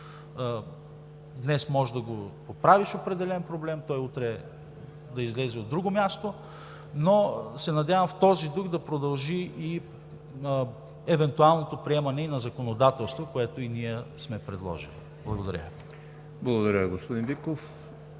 днес може да поправиш определен проблем, той утре да излезе от друго място, но се надявам в този дух да продължи и евентуалното приемане и на законодателство, което и ние сме предложили. Благодаря. ПРЕДСЕДАТЕЛ ЕМИЛ